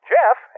Jeff